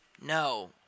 No